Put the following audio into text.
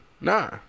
Nah